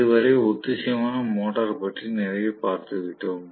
இதுவரை ஒத்திசைவான மோட்டார் பற்றி நிறைய பார்த்து விட்டோம்